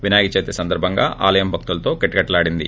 వినాయకచవితి సందర్భంగా ఆలయం భక్తులతో కిటకిటలాడింది